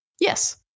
Yes